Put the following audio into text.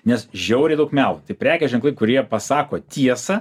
nes žiauriai daug miau tai prekės ženklai kurie pasako tiesą